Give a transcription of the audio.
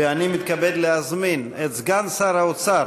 ואני מתכבד להזמין את סגן שר האוצר